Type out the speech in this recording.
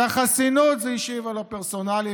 כי החסינות זה אישי ולא פרסונלי,